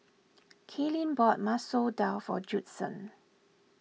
Kylene bought Masoor Dal for Judson